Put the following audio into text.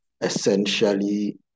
essentially